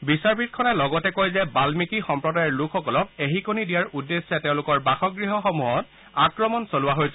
বিচাৰপীঠখনে লগতে কয় যে বান্মিকী সম্প্ৰদায়ৰ লোকসকলক এশিকনী দিয়াৰ উদ্দেশ্যে তেওঁলোকৰ বাসগৃহসমূহত আক্ৰমন চলোৱা হৈছিল